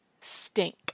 stink